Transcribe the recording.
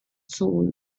soul